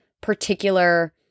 particular